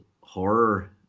horror